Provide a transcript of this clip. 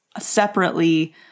separately